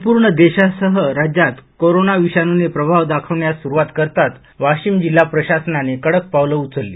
संपूर्ण देशासह राज्यात कोरोना विषाणूने प्रभाव दाखवण्यास स्रुवात करताच वाशिम जिल्हा प्रशासनाने कडक पावलं उचलली